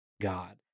God